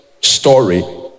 story